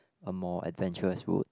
a more adventurous route